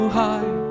high